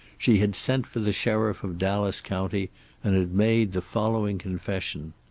she had sent for the sheriff of dallas county and had made the following confession